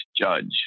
judge